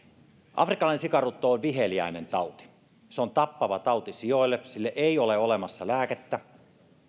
afrikkalainen sikarutto on viheliäinen tauti se on tappava tauti sioille sille ei ole olemassa lääkettä